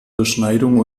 beschneidung